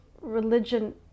religion